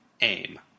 aim